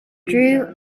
drew